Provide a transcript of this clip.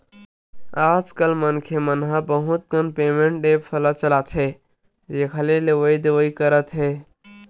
आजकल मनखे मन ह बहुत कन पेमेंट ऐप्स ल चलाथे जेखर ले लेवइ देवइ करत हे